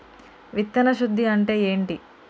విత్తన శుద్ధి అంటే ఏంటి?